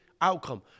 outcome